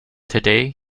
today